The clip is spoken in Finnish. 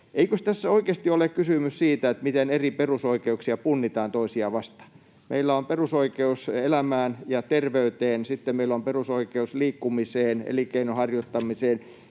Eikös tässä oikeasti ole kysymys siitä, miten eri perusoikeuksia punnitaan toisiaan vastaan? Meillä on perusoikeus elämään ja terveyteen, sitten meillä on perusoikeus liikkumiseen, elinkeinon harjoittamiseen,